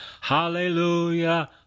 Hallelujah